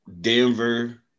Denver